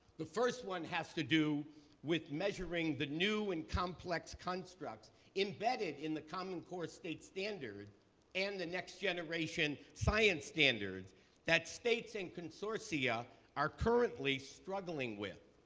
the first one has to do with measuring the new and complex constructs embedded in the common core state standard and the next generation science standards that states and consortia are currently struggling with.